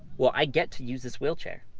well, i get to use this wheelchair.